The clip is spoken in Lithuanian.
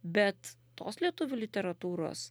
bet tos lietuvių literatūros